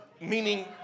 Meaning